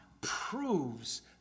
proves